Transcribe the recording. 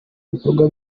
ibikorwa